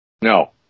no